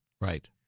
Right